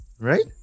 Right